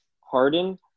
Harden